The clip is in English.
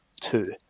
Two